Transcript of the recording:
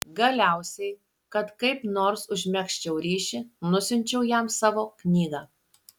galiausiai kad kaip nors užmegzčiau ryšį nusiunčiau jam savo knygą